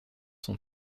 son